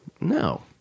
No